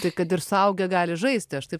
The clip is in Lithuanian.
tai kad ir suaugę gali žaisti aš taip